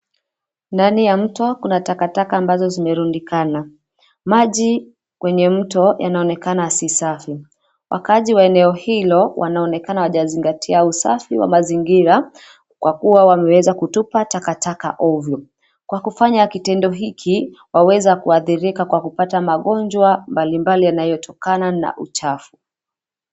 Ndani ya mto kuna takataka ambazo zimerundikana. Maji kwenye mto yanaonekana si safi. Wakaaji wa eneo hilo wanaonekana hawajazingatia usafi wa mazingira kwa kuwa wameweza kutupa takataka ovyo. Kwa kufanya kitendo hiki waweza kuadhirika kwa kupata magonjwa mbalimbali yanayotokana na uchafu.